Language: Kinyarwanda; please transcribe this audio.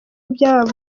byabo